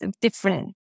different